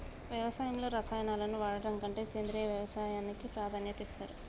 వ్యవసాయంలో రసాయనాలను వాడడం కంటే సేంద్రియ వ్యవసాయానికే ప్రాధాన్యత ఇస్తరు